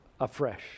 afresh